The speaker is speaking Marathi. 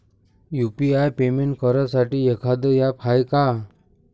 यू.पी.आय पेमेंट करासाठी एखांद ॲप हाय का?